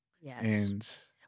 Yes